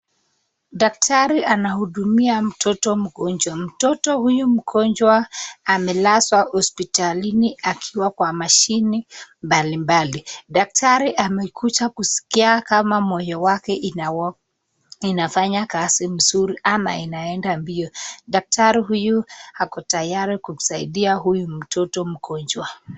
Daktari anahudumia mtoto mgonjwa. Mtoto huyo mgonjwa. Mtoto huyu mgonjwa amelazwa hospitalini akiwa kwa mashini mbalimbali. Daktari amekuja kusikia kama moyo wake inafanya kazi vizuri ama inaenda mbio. Daktari ako tayari kusaidia huyu mtoto mgonjwa.